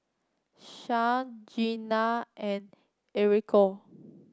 Sharyl Gina and Enrico